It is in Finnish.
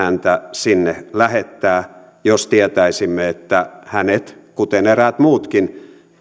sinne lähettää jos tietäisimme että hänet kuten eräät muutkin